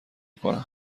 کنم